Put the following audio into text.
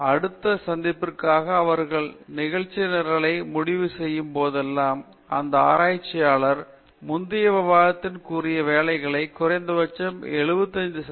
பேராசிரியர் ராஜேஷ் குமார் அடுத்த சந்திப்பிற்காக அவர்களின் நிகழ்ச்சி நிரலை முடிவு செய்யும் போதெல்லாம் எந்த ஆராய்ச்சியாளர் முந்தைய விவாதத்தில் கூறிய வேலைகளை குறைந்தபட்சம் 75 சதவீதம் முடித்து இருக்க வேண்டும்